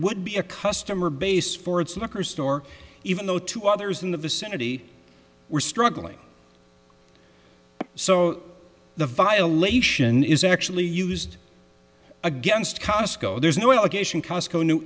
would be a customer base for its locker store even though two others in the vicinity were struggling so the violation is actually used against cosco there's no allegation cosco knew